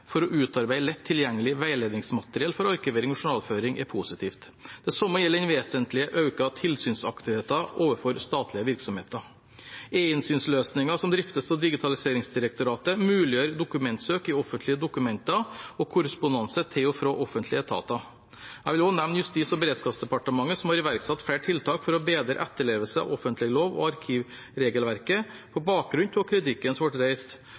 for å utarbeide lett tilgjengelig veiledningsmateriell for arkivering og journalføring, er positiv. Det samme gjelder den vesentlig økte tilsynsaktiviteten overfor statlige virksomheter. E-innsynsløsningen, som driftes av Digitaliseringsdirektoratet, muliggjør dokumentsøk i offentlige dokumenter og korrespondanse til og fra offentlige etater. Jeg vil også nevne Justis- og beredskapsdepartementet, som har iverksatt flere tiltak for å bedre etterlevelsen av offentlighetsloven og arkivregelverket på bakgrunn av kritikken som ble reist